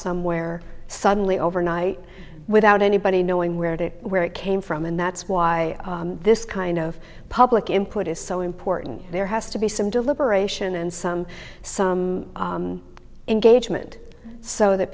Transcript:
somewhere suddenly overnight without anybody knowing where it where it came from and that's why this kind of public input is so important there has to be some deliberation and some some engagement so that